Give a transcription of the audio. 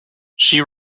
she